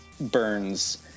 Burns